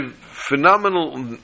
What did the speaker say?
phenomenal